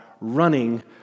running